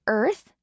earth